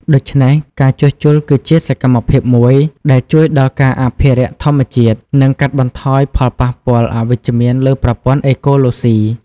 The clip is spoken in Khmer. ដូច្នេះការជួសជុលគឺជាសកម្មភាពមួយដែលជួយដល់ការអភិរក្សធម្មជាតិ និងកាត់បន្ថយផលប៉ះពាល់អវិជ្ជមានលើប្រព័ន្ធអេកូឡូស៊ី។